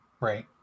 Right